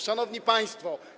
Szanowni Państwo!